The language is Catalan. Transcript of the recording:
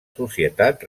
societat